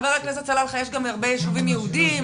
חבר הכנסת סלאלחה, יש גם הרבה יישובים יהודים.